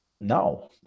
no